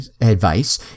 advice